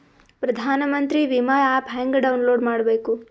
ಪ್ರಧಾನಮಂತ್ರಿ ವಿಮಾ ಆ್ಯಪ್ ಹೆಂಗ ಡೌನ್ಲೋಡ್ ಮಾಡಬೇಕು?